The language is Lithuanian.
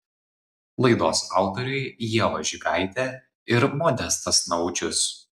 laidos autoriai ieva žigaitė ir modestas naudžius